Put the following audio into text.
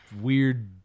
weird